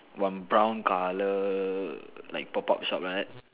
one brown colour like pop up shop like that